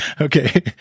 Okay